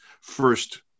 first